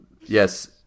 Yes